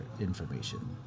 information